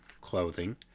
clothing